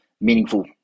meaningful